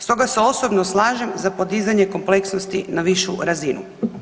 Stoga se osobno slažem za podizanje kompleksnosti na višu razinu.